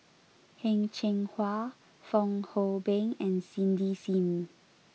Heng Cheng Hwa Fong Hoe Beng and Cindy Sim